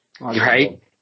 right